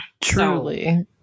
Truly